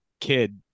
kid